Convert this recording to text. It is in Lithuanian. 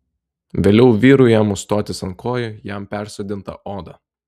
vėliau vyrui ėmus stotis ant kojų jam persodinta oda